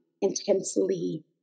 intensely